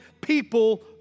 people